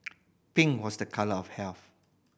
pink was the colour of health